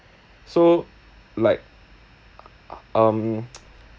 so like um